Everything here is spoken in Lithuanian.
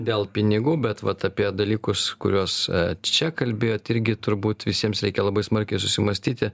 dėl pinigų bet vat apie dalykus kuriuos čia kalbėjot irgi turbūt visiems reikia labai smarkiai susimąstyti